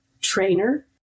trainer